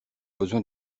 besoin